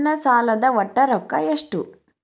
ನನ್ನ ಸಾಲದ ಒಟ್ಟ ರೊಕ್ಕ ಎಷ್ಟು?